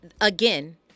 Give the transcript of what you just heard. Again